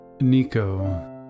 Nico